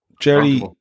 Jerry